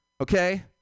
okay